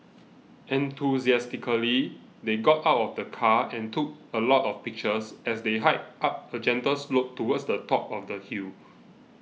enthusiastically they got out of the car and took a lot of pictures as they hiked up a gentle slope towards the top of the hill